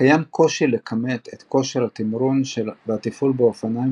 קיים קושי לכמת את כושר התמרון והתפעול באופניים